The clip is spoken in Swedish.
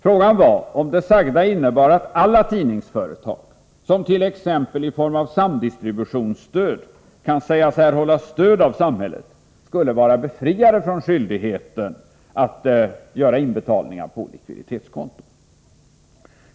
Frågan var om det sagda innebar att alla tidningsföretag, som t.ex. i form av samdistributionsstöd kan sägas erhålla stöd av samhället, skulle bli befriade från skyldigheten att göra inbetalningar på likviditetskonto.